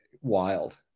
Wild